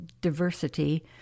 diversity